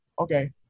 Okay